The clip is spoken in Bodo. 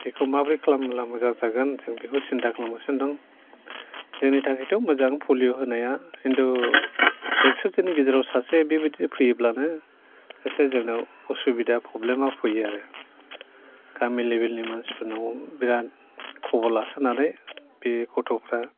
बेखौ माब्रै खालामब्ला मोजां जागोन जों बेखौ सिन्था खालामगासिनो दं जोंनि थाखाय थ' मोजां पलिय' होनाया खिन्थु एक्स' जननि गैजेराव सासे बिबादि फैयोब्लानो एसे जोंनियाव उसुबिदा प्रब्लेमा फैयो आरो गामि लेभेलनि मानसिफोरनाव बिराद खबर लासोनानै बे गथ'फ्रा